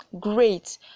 Great